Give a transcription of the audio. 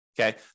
Okay